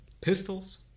Pistols